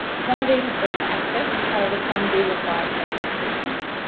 some of these are free to access, however some do require paid subscriptions,